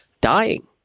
dying